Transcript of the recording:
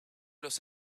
los